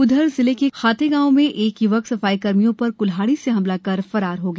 उधर जिले के खातेगांव में एक य्वक सफाईकर्मियों पर क्ल्हाड़ी से हमला कर र फरार हो गया